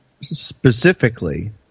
specifically